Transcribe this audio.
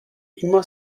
immer